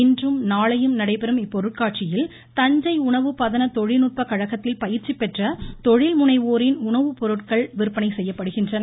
இன்றும் நாளையும் நடைபெறும் இப்பொருட்காட்சியில் தஞ்சை உணவு பதன தொழில்நுட்ப கழகத்தில் பயிற்சி பெற்ற தொழில் முனைவோரின் உணவுப்பொருட்கள் விற்பனை செய்யப்படுகின்றன